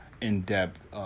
in-depth